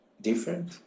different